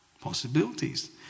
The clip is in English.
Possibilities